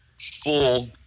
full